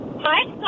Hi